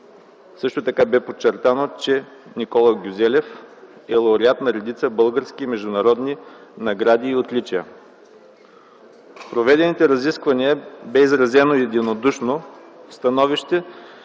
персонажи. Подчертано бе, че Никола Гюзелев е лауреат на редица български и международни награди и отличия. В проведените разисквания беше изразено единодушно становище